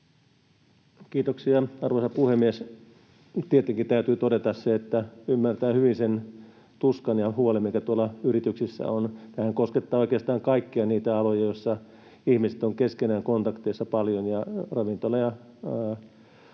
Kiitoksia, arvoisa puhemies! Tietenkin täytyy todeta se, että ymmärtää hyvin sen tuskan ja huolen, mikä tuolla yrityksissä on. Tämähän koskettaa oikeastaan kaikkia niitä aloja, joissa ihmiset ovat keskenään kontakteissa paljon, ja ravintola- ja